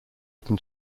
open